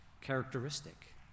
characteristic